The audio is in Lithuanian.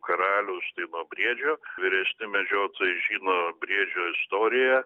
karaliaus tai nuo briedžio vyresni medžiotojai žino briedžio istoriją